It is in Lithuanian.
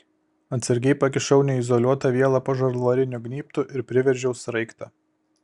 atsargiai pakišau neizoliuotą vielą po žalvariniu gnybtu ir priveržiau sraigtą